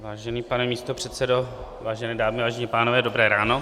Vážený pane místopředsedo, vážené dámy, vážení pánové, dobré ráno.